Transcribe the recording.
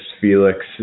Felix